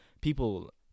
people